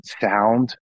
sound